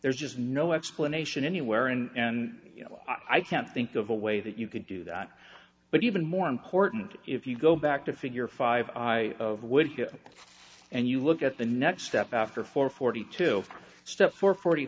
there's just no explanation anywhere and you know i can't think of a way that you could do that but even more important if you go back to figure five i would and you look at the next step after four forty two step four forty